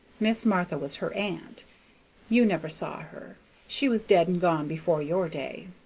miss martha was her aunt you never saw her she was dead and gone before your day.